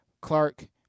clark